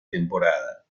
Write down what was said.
temporada